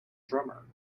drummer